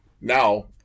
now